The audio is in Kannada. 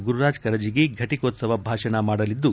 ಗುರುರಾಜ ಕರಜಗಿ ಫಟಿಕೋತ್ತವ ಭಾಷಣ ಮಾಡಲಿದ್ದು